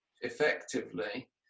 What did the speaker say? effectively